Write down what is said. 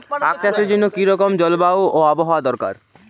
আখ চাষের জন্য কি রকম জলবায়ু ও আবহাওয়া দরকার?